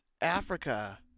Africa